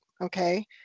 okay